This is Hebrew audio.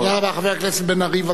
חבר הכנסת בן-ארי, בבקשה.